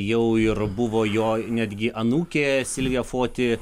jau ir buvo jo netgi anūkė silvija foti